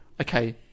Okay